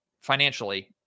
financially